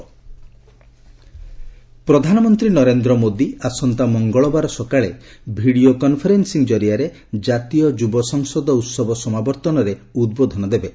PM youth parliament ପ୍ରଧାନମନ୍ତ୍ରୀ ନରେନ୍ଦ୍ର ମୋଦି ଆସନ୍ତା ମଙ୍ଗଳବାର ସକାଳେ ଭିଡିଓ କନ୍ଫରେନ୍ସିଂ ଜରିଆରେ ଜାତୀୟ ଯୁବ ସଂସଦ ଉତ୍ସବ ସମାବର୍ତ୍ତନରେ ଉଦ୍ବୋଧନ ଦେବେ